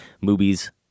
movie's